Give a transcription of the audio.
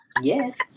Yes